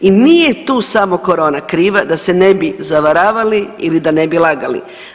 I nije tu samo corona kriva da se ne bi zavaravali ili da ne bi lagali.